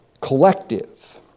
collective